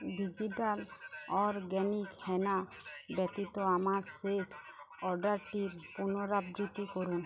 digital organic henna ব্যতীত আমার শেষ অর্ডারটির পুনরাবৃত্তি করুন